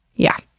yeah.